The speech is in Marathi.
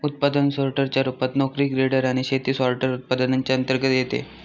उत्पादन सोर्टर च्या रूपात, नोकरी ग्रेडर आणि शेती सॉर्टर, उत्पादनांच्या अंतर्गत येते